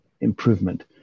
improvement